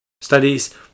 Studies